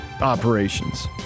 operations